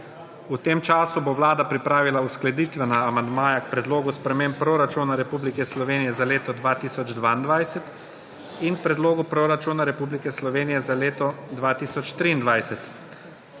V tem času bo vlada pripravila uskladitvena amandmaja k Predlogu sprememb proračuna Republike Slovenije za leto 2022 in Dopolnjenemu predlogu proračuna Republike Slovenije za leto 2023.